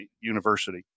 university